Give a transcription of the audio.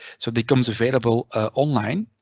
so becomes available ah online,